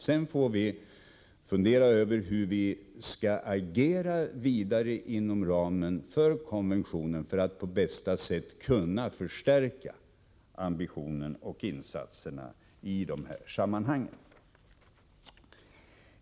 Sedan får vi fundera över hur vi skall agera vidare inom ramen för konventionen för att på bästa sätt kunna förstärka ambitionerna och insatserna i dessa sammanhang.